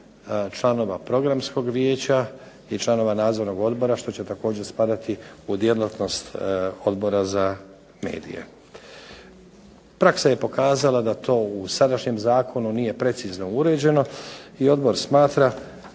članova Programskog vijeća i članova nadzornog odbora što će također spada u djelatnost Odbora za medije. Praksa je pokazala da to u sadašnjem Zakonu nije precizno uređeno i Odbor smatra